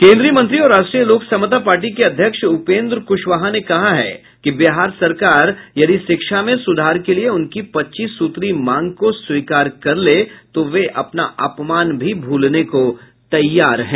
केंद्रीय मंत्री और राष्ट्रीय लोक समता पार्टी के अध्यक्ष उपेंद्र कुशवाहा ने कहा है कि बिहार सरकार यदि शिक्षा में सुधार के लिये उनकी पच्चीस सूत्री मांग को स्वीकार कर ले तो वे अपना अपमान भी भूलने को तैयार हैं